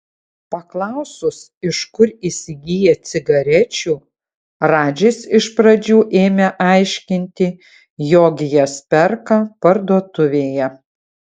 paklausus iš kur įsigyja cigarečių radžis iš pradžių ėmė aiškinti jog jas perka parduotuvėje